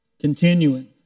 Continuing